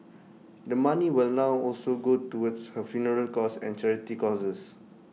the money will now also go towards her funeral costs and charity causes